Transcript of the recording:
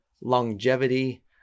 Longevity